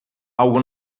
algo